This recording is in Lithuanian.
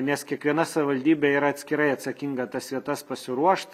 nes kiekviena savivaldybė yra atskirai atsakinga tas vietas pasiruošt